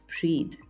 breathe